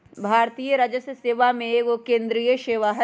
भारतीय राजस्व सेवा एगो केंद्रीय सेवा हइ